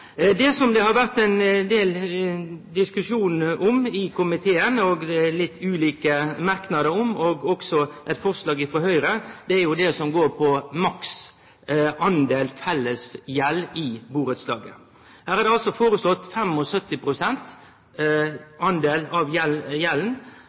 Det som det har vore ein del diskusjon om i komiteen, og litt ulike merknader om – også ein merknad frå Høgre – er det som går på maks fellesgjeld i burettslag. Her er det foreslått 75 pst. del av fellesgjelda – ein må altså